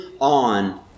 on